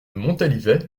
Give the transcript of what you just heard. montalivet